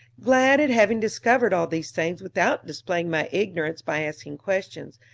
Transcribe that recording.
glad at having discovered all these things without displaying my ignorance by asking questions,